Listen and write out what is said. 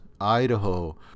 Idaho